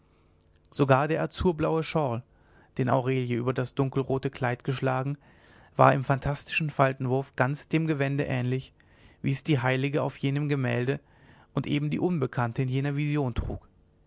sogar der azurblaue shawl den aurelie über das dunkelrote kleid geschlagen war im phantastischen faltenwurf ganz dem gewände ähnlich wie es die heilige auf jenem gemälde und eben die unbekannte in jener vision trug